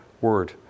word